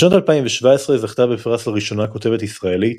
בשנת 2017 זכתה בפרס לראשונה כותבת ישראלית,